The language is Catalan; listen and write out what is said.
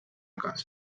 casa